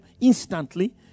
instantly